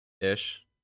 ish